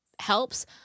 helps